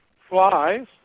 flies